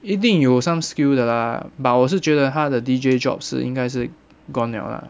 一定有 some skill 的 lah but 我是觉得他的 D_J job 是应该是 gone liao lah